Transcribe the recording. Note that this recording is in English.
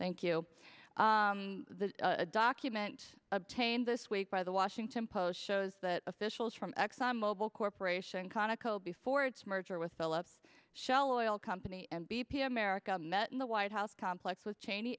thank you the document obtained this week by the washington post shows that officials from exxon mobil corp conoco before its merger with philips shell oil company and b p america met in the white house complex with cheney